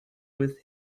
with